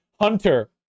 Hunter